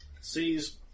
sees